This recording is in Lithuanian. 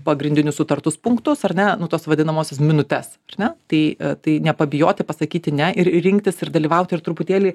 pagrindinius sutartus punktus ar ne nu tuos vadinamuosius minutes ar ne tai tai nepabijoti pasakyti ne ir rinktis ir dalyvauti ir truputėlį